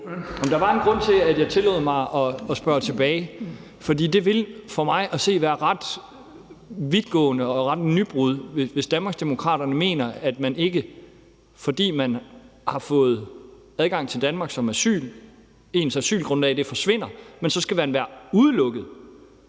der var en grund til, at jeg tillod mig at spørge tilbage, for det vil for mig at se være ret vidtgående og et nybrud, hvis Danmarksdemokraterne mener, at man, fordi man har fået adgang til Danmark som asylansøger og ens asylgrundlag så forsvinder, så skal være udelukket